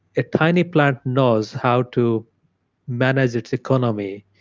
a tiny plant knows how to manage its economy,